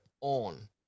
on